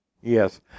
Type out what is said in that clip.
Yes